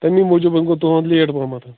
تَمی موٗجوٗب وۅنۍ گوٚو تُہُنٛد لیٹ پَہمَتھ